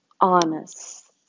honest